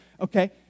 okay